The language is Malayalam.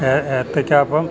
എത്തക്കാപ്പം